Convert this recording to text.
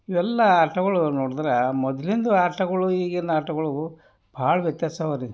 ಇವೆಲ್ಲಾ ಆಟಗಳು ನೋಡಿದ್ರೆ ಮೊದಲಿಂದು ಆಟಗಳು ಈಗಿನ ಆಟಗಳಿಗೂ ಭಾಳ ವ್ಯತ್ಯಾಸ ಅವ ರೀ